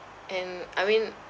and I mean